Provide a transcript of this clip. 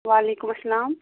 وعلیکُم اَسلام